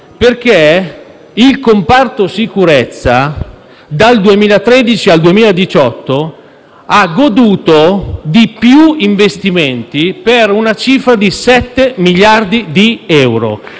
perché il comparto sicurezza, dal 2013 al 2018, ha goduto di più investimenti per una cifra pari a sette miliardi di euro!